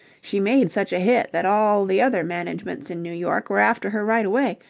she made such a hit that all the other managements in new york were after her right away,